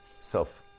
self